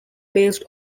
based